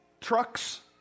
Trucks